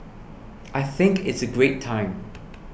I think it's a great time